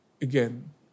again